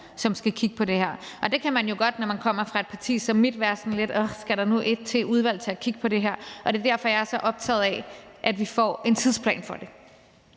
som skal kigge på det her. Der kan man jo godt, når man kommer fra et parti som mit, være sådan lidt: Arh, skal der nu et til udvalg til at kigge på det her? Det er derfor, at jeg er så optaget af, at vi får en tidsplan for det.